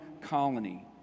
colony